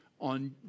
on